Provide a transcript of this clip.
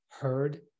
heard